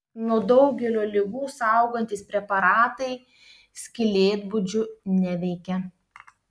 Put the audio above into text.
nuo daugelio ligų saugantys preparatai skylėtbudžių neveikia